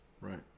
right